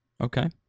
Okay